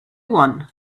one